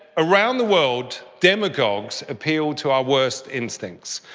around the world demagogues appeal to our worst instincts.